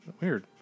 Weird